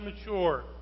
mature